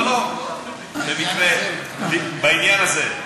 לא, בעניין הזה.